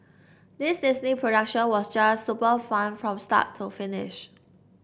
this Disney production was just super fun from start to finish